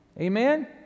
Amen